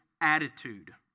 attitude